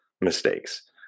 mistakes